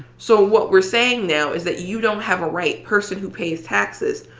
so what we're saying now is that you don't have a right, person who pays taxes,